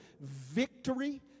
victory